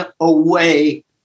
away